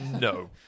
No